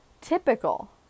typical